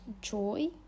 joy